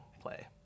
play